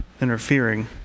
interfering